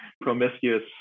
promiscuous